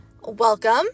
welcome